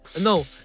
No